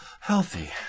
Healthy